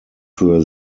für